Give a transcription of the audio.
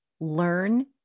learn